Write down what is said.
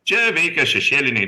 čia veikia šešėliniai